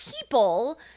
people